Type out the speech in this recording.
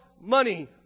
money